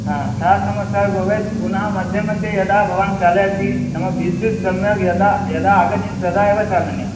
हा सा समस्या भवेत् पुनः मध्ये मध्ये यदा भवान् चालयति नाम विद्युत् सम्यक् यदा यदा आगच्छति तदा एव चालनीयं